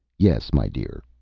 yes, my dear,